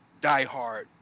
diehard